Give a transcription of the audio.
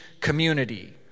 community